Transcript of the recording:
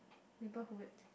neighborhood